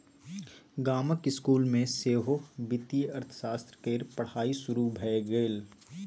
गामक इसकुल मे सेहो वित्तीय अर्थशास्त्र केर पढ़ाई शुरू भए गेल